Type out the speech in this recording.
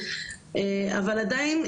אבל עדיין,